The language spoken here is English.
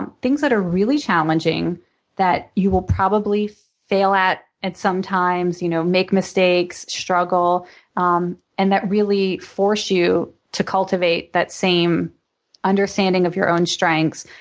and things that are really challenging that you will probably fail at at sometimes, you know make mistakes, struggle um and that really force you to cultivate that same understanding of your own strengths,